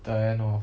the end of